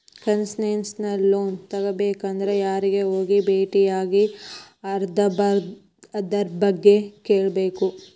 Concessional loan ತಗೊಬೇಕಂದ್ರ ಯಾರಿಗೆ ಹೋಗಿ ಬೆಟ್ಟಿಯಾಗಿ ಅದರ್ಬಗ್ಗೆ ಕೇಳ್ಬೇಕು?